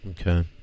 Okay